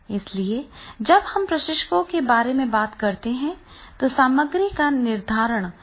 इसलिए जब हम प्रशिक्षकों के बारे में बात करते हैं तो सामग्री का निर्धारण कैसे करें